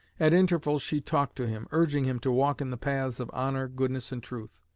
at intervals she talked to him, urging him to walk in the paths of honor, goodness, and truth.